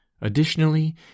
Additionally